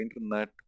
internet